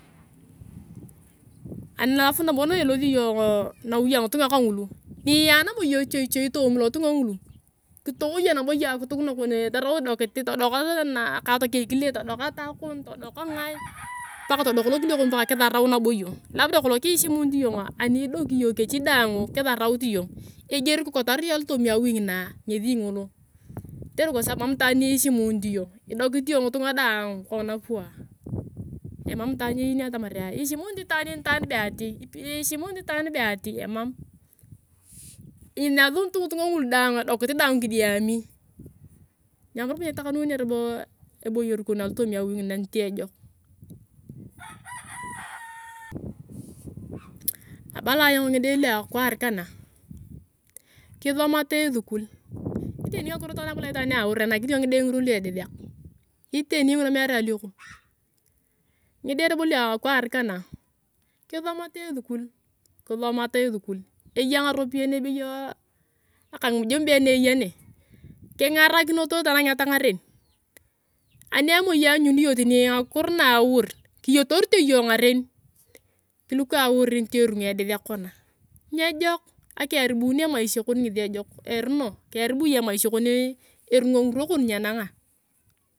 Alv nabo nailosio iyong nawi ngitunga kangulu niea nabo iyong echoichoi toomi lotunga ngulu kitowoya nabo iyong akituk nakon torau idokit todok nakatokeng ekile todok atakon todok ngae paka todok lokilie kon paka kisarau nabo iyong labda kolong kiechimut iyongo ani idoki iyong kechi daang kisaraut iyong egier kikotarere iyong alotomii awi ngina ngesi ngolo kotere kwasabu mam itaan ni shimunit iyong idokit iyong ngitunga daang kongina pwaa. Emam itaan ni eyenio atamarea ieshimunit itaan en itaan be ati ieshimunit itaan be ati emem. Iyasunit ngitunga ngulu daang edokit kidiami, mam robo nietakanunea robo eboyer kon alotomi awi ngina nitee ejok. Abala ayong ngide lua akwaar ka na kisomata esukul iteni nguna meere alioko ngide robo lua akwaar kana kosomata esukul kisomata esukul eya ngaropiyae na ebeyo akangimujumbe na eya ne, kingarakiro tanangeta ngaren ani moi tani iyanyuni iyong tani ngakiro na aur kiyotorite iyong ngaren kuliko aur niti ediseak kona nyejok akiyaribuni emaisha kon ngesi eruno kiyaribu iyong emaisha kon eringa ngirwa kon nienanga.